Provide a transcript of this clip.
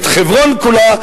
את חברון כולה,